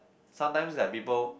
sometimes like people